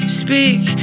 speak